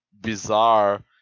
bizarre